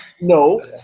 no